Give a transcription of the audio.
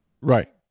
Right